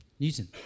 Newton